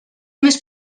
més